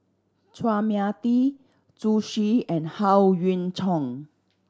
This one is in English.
Chua Mia Tee Zhu Xu and Howe Yoon Chong